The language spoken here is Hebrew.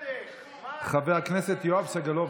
חבר הכנסת יואב סגלוביץ',